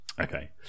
Okay